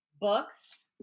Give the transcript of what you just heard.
books